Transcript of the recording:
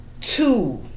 two